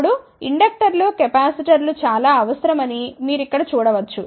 ఇప్పుడు ఇండక్టర్లు కెపాసిటర్లు చాలా అవసరమని మీరు ఇక్కడ చూడ వచ్చు